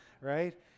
right